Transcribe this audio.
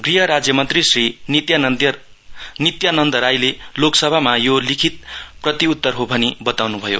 गृह राज्यमन्त्री श्री नित्यानन्द राईले लोक सभामा यो लिखित प्रतिउत्तर हो भनि बताउनु भयो